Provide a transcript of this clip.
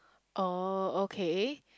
oh okay